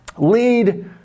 Lead